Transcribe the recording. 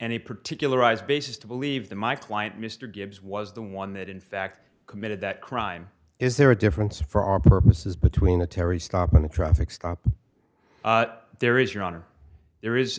any particular arise basis to believe that my client mr gibbs was the one that in fact committed that crime is there a difference for our purposes between a terry stop and a traffic stop there is your honor there is